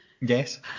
Yes